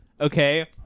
okay